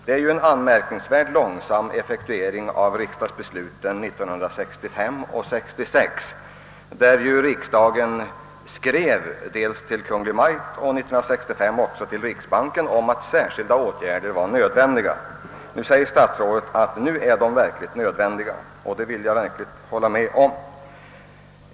Det är ju en anmärkningsvärt långsam effektuering av riksdagsbesluten 1965 och 1966, då riksdagen skrev till Kungl. Maj:t — 19635 också till riksbanken — om att särskilda åtgärder var nödvändiga. I dag säger statsrådet att nu är de verkligen nödvändiga. Det kan jag sannerligen hålla med honom om.